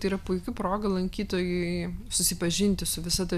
tai yra puiki proga lankytojui susipažinti su visa ta